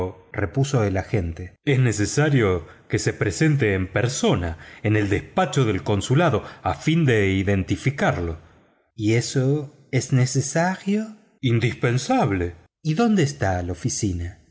repuso el agente es necesario que se presente en persona en el despacho del consulado a fin de identificarlo y eso es necesario indispensable y dónde está la oficina